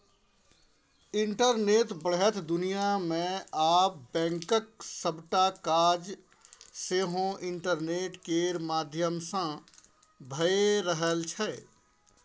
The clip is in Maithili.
इंटरनेटक बढ़ैत दुनियाँ मे आब बैंकक सबटा काज सेहो इंटरनेट केर माध्यमसँ भए रहल छै